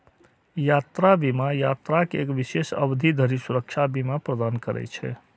यात्रा बीमा यात्राक एक विशेष अवधि धरि सुरक्षा बीमा प्रदान करै छै